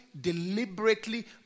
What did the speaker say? Deliberately